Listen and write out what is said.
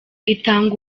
itanga